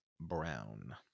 brown